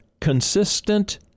consistent